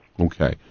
Okay